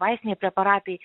vaistiniai preparatai